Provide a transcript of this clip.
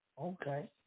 Okay